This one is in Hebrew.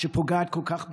שפוגעת כל כך בסביבה,